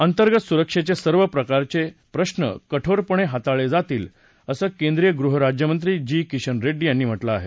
अंतर्गत सुरक्षेचे सर्व प्रकारचे प्रश्न कठोरपणे हाताळले जातील असं केंद्रीय गृह राज्यमंत्री जी किशन रेड्डी यांनी म्हटलं आहे